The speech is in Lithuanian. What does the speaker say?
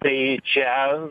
tai čia